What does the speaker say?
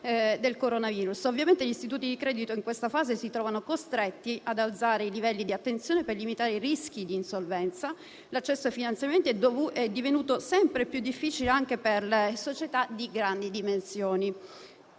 del coronavirus. Ovviamente gli istituti di credito in questa fase si trovano costretti ad alzare i livelli di attenzione per limitare i rischi di insolvenza, l'accesso ai finanziamenti è divenuto sempre più difficile anche per società di grandi dimensioni.